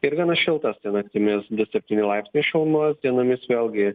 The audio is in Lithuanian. ir gana šiltas naktimis du septyni laipsniai šalnos dienomis vėlgi